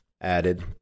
added